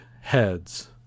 Heads